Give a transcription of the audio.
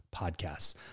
podcasts